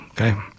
okay